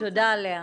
תודה לאה.